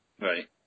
right